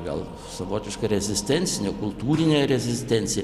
gal savotiška rezistencinė kultūrinė rezistencie